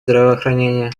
здравоохранения